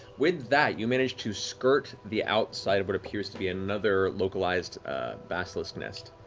with that, you manage to skirt the outside of what appears to be another localized basilisk nest.